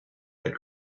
had